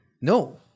No